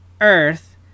earth